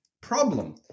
problem